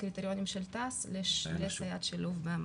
ע"פ קריטריונים של תע"ס לסייעת שילוב במעון.